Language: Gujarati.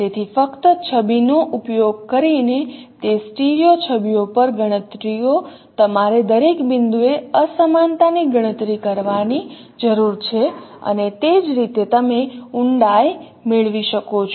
તેથી ફક્ત છબીનો ઉપયોગ કરીને તે સ્ટીરિઓ છબીઓ પર ગણતરીઓ તમારે દરેક બિંદુએ અસમાનતાની ગણતરી કરવાની જરૂર છે અને તે જ રીતે તમે ઊંડાઈ મેળવી શકો છો